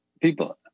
people